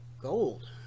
Gold